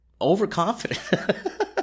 overconfident